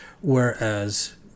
Whereas